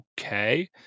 okay